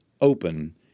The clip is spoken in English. open